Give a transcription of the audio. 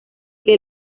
que